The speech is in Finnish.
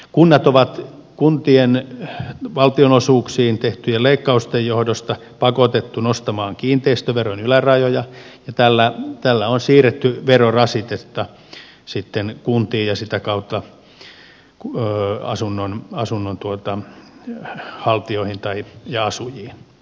kunnat ovat kuntien valtionosuuksiin tehtyjen leikkausten johdosta pakotettuja nostamaan kiinteistöveron ylärajoja ja tällä on siirretty verorasitetta kuntiin ja sitä kautta asunnonhaltijoihin ja asujiin